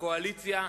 והקואליציה,